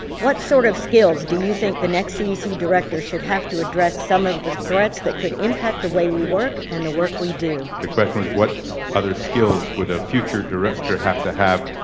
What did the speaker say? what sort of skills do you think the next cdc director should have to address some of the threats that could impact the way we work, and the work we do? the question is what other skills would a future director have to have?